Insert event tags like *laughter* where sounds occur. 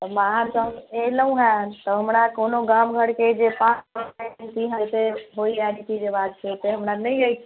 तऽ बाहरसँ हम एलहुँ हेँ तऽ हमरा कोनो गाम घरके जे पाबनि तिहार होइए *unintelligible* से हमरा नहि अछि